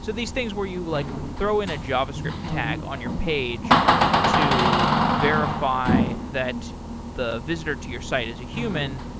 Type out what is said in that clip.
so these things where you like throw throw in a javascript tag on your page to verify that the visitor to your site is a human,